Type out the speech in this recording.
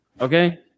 okay